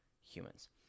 humans